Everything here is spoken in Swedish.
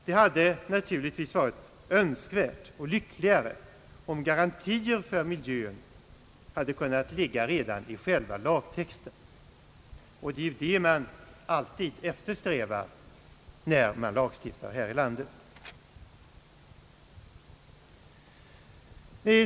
Det hade naturligtvis varit önskvärt och lyckligare om garantier för miljön hade kunnat ligga redan i själva lagtexten. Det är ju det man alltid eftersträvar, när man lagstiftar här i landet.